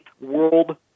world